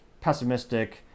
pessimistic